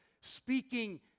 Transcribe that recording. speaking